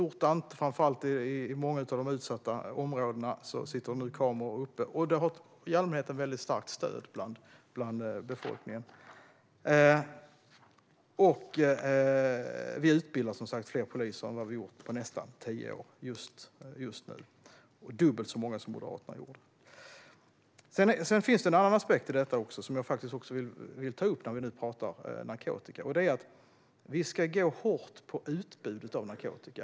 Framför allt i många av de utsatta områdena sitter kameror uppe, och det har i allmänhet ett mycket starkt stöd bland befolkningen. Vi utbildar också fler poliser just nu än vad vi har gjort på nästan tio år - dubbelt så många som Moderaterna gjorde. Sedan finns det en annan aspekt i detta också som jag vill ta upp när vi nu pratar narkotika. Det är att vi ska gå hårt på utbudet av narkotika.